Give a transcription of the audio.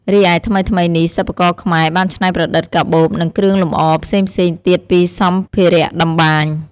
រីឯថ្មីៗនេះ សិប្បករខ្មែរបានច្នៃប្រឌិត កាបូប និងគ្រឿងលម្អផ្សេងៗទៀតពីសម្ភារតម្បាញ។